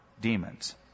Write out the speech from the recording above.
demons